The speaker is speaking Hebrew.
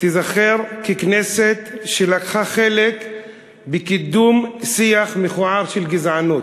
תיזכר ככנסת שלקחה חלק בקידום שיח מכוער של גזענות,